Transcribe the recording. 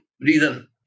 reason